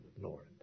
Lord